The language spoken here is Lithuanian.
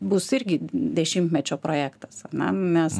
bus irgi dešimtmečio projektas ane mes